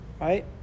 right